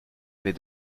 mais